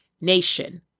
nation